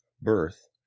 birth